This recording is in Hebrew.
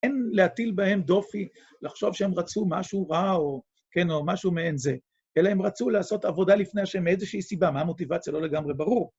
אין להטיל בהם דופי, לחשוב שהם רצו משהו רע או כן או משהו מעין זה, אלא הם רצו לעשות עבודה לפני השם מאיזושהי סיבה, מה המוטיבציה - לא לגמרי ברור.